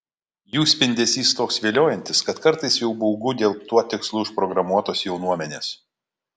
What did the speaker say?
jų spindesys toks viliojantis kad kartais jau baugu dėl tuo tikslu užprogramuotos jaunuomenės